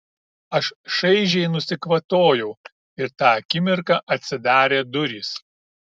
aš šaižiai nusikvatojau ir tą akimirką atsidarė durys